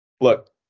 Look